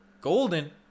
golden